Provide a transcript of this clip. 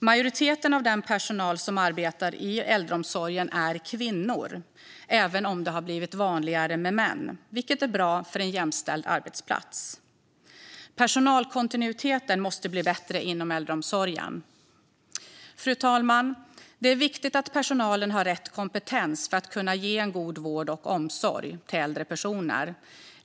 Majoriteten av den personal som arbetar inom äldreomsorgen är kvinnor även om det har blivit vanligare med män, vilket är bra för att få en jämställd arbetsplats. Personalkontinuiteten måste bli bättre inom äldreomsorgen. Fru talman! Det är viktigt att personalen har rätt kompetens för att kunna ge en god vård och omsorg till äldre personer.